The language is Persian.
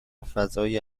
فضای